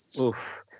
Oof